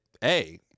hey